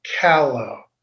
Callow